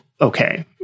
okay